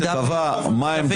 יש מצב שהאופוזיציה חושבת היא